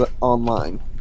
Online